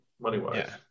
money-wise